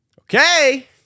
Okay